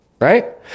right